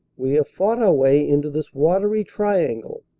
we have fought our way into this watery triangle-or,